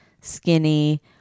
skinny